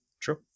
true